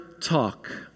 talk